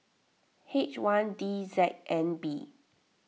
H one D Z N B